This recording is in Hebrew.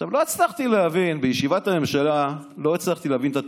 עכשיו, בישיבת הממשלה לא הצלחתי להבין את הטענה.